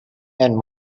and